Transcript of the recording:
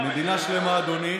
מדינה שלמה, אדוני.